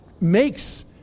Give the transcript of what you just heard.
makes